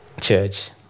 Church